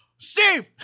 Steve